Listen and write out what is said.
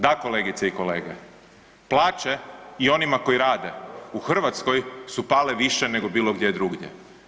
Da kolegice i kolege, plaće i onima koji rade u Hrvatskoj su pale više nego bilo gdje drugdje.